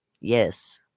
Yes